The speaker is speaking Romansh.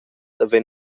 havein